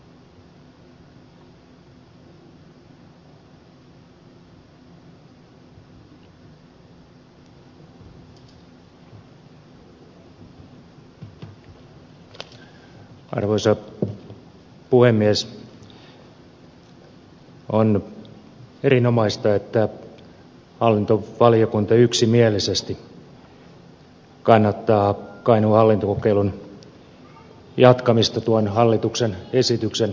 on erinomaista että hallintovaliokunta yksimielisesti kannattaa kainuun hallintokokeilun jatkamista tuon hallituksen esityksen mukaisesti